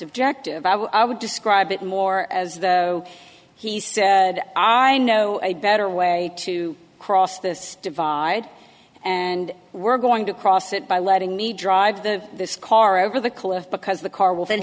objective i would describe it more as though he said i know a better way to cross this divide and we're going to cross it by letting me drive the car over the cliff because the car will then